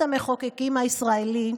בית המחוקקים הישראלי,